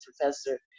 professor